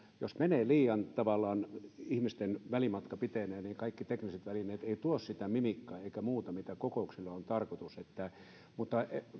jos tavallaan liiaksi ihmisten välimatka pitenee niin kaikki tekniset välineet eivät tuo sitä mimiikkaa eikä muuta mitä kokouksilla on tarkoitus mutta